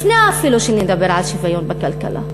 אפילו לפני שנדבר על שוויון בכלכלה,